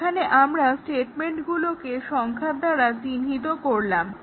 এখানে আমরা স্টেটমেন্টগুলোকে সংখ্যা দ্বারা চিহ্নিত করলাম